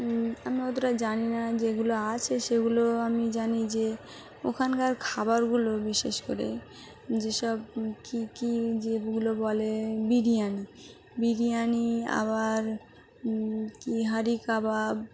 আমি অতটা জানি না যেগুলো আছে সেগুলো আমি জানি যে ওখানকার খাবারগুলো বিশেষ করে যেসব কী কী যেগুলো বলে বিরিয়ানি বিরিয়ানি আবার কী হাঁড়ি কাবাব